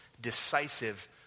decisive